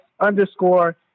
underscore